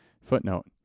Footnote